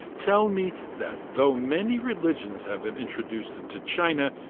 tell me that though many religions have been introduced into china,